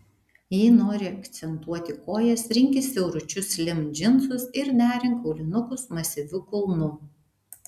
jei nori akcentuoti kojas rinkis siauručius slim džinsus ir derink aulinukus masyviu kulnu